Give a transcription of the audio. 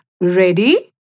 ready